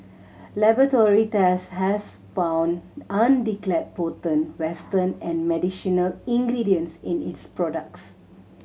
laboratory tests has found undeclared potent western and medicinal ingredients in its products